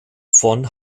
von